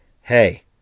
Hey